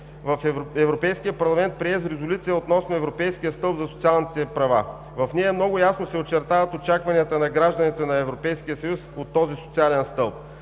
г. Европейският парламент прие Резолюция относно европейския стълб за социалните права. В нея много ясно се очертават очакванията на гражданите на Европейския съюз от този социален стълб.